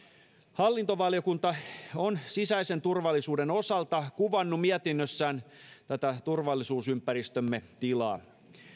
hallintovaliokunta on sisäisen turvallisuuden osalta kuvannut mietinnössään tätä turvallisuusympäristömme tilaa